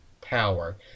power